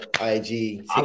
IG